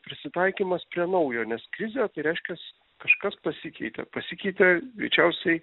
prisitaikymas prie naujo nes krizė tai reiškias kažkas pasikeitė pasikeitė greičiausiai